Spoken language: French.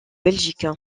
belgique